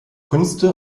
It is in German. künste